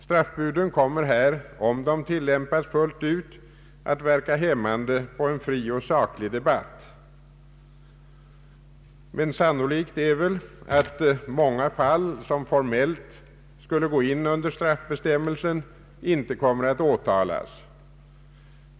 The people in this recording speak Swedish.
Straffbuden kommer här, om de tillämpas fullt ut, att verka hämmande på en fri och saklig debatt. Sannolikt är att många fall som formellt skulle gå in under straffbestämmelsen inte kommer att åtalas.